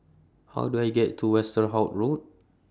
How Do I get to Westerhout Road